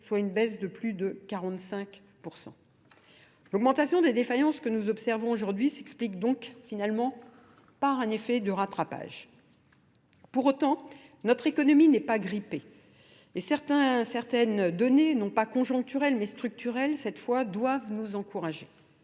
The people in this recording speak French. soit une baisse de plus de 45 %. L'augmentation des défaillances que nous observons aujourd'hui s'explique donc finalement par un effet de rattrapage. Pour autant, notre économie n'est pas grippée et certaines données, non pas conjoncturelles mais structurelles, cette fois, doivent nous encourager.